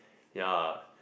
ya